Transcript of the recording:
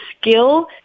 skill